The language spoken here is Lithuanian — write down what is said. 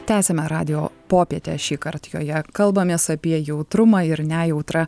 tęsiame radijo popietę šįkart joje kalbamės apie jautrumą ir nejautrą